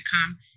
come